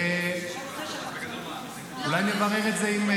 אני אברר את זה.